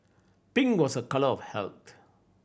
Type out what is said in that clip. pink was a colour of health